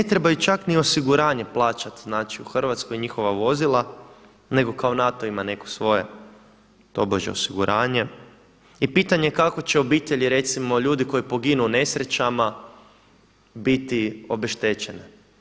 Ne trebaju čak ni osiguranje plaćati u Hrvatskoj njihova vozila nego kao NATO ima neko svoje tobože osiguranje i pitanje je kako će obitelji recimo ljudi koji poginu u nesrećama biti obeštećene.